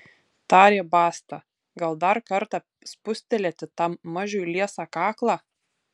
tarė basta gal dar kartą spustelėti tam mažiui liesą kaklą